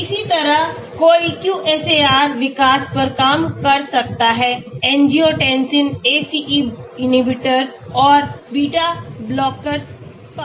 इसी तरह कोई QSAR विकास पर काम कर सकता है angiotensin ACE inhibitors or beta blockers पर